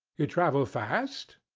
you travel fast?